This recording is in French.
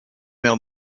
maire